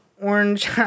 orange